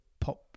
pop